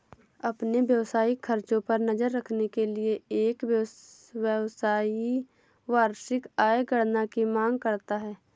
अपने व्यावसायिक खर्चों पर नज़र रखने के लिए, एक व्यवसायी वार्षिक आय गणना की मांग करता है